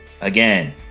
again